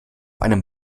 einem